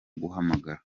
guhamagara